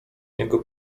niego